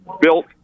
built